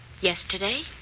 Yesterday